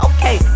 Okay